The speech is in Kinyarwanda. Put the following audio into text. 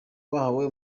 bahawe